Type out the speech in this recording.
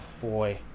boy